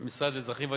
במשרד לאזרחים ותיקים.